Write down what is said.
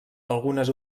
algunes